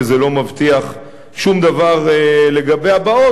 זה לא מבטיח שום דבר לגבי הבאות,